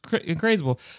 incredible